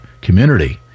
community